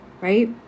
Right